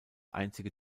einzige